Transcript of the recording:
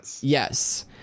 Yes